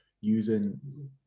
using